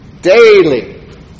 daily